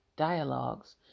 Dialogues